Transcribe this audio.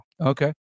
Okay